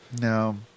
No